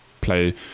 play